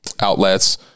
outlets